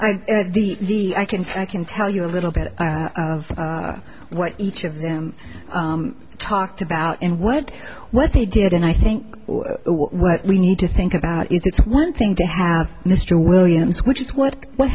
the i can i can tell you a little bit of what each of them talked about and what what they did and i think what we need to think about is it's one thing to have mr williams which is what